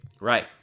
Right